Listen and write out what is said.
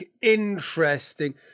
Interesting